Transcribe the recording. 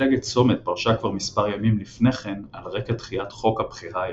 מפלגת צומת פרשה כבר מספר ימים לפני כן על רקע דחיית חוק הבחירה הישירה.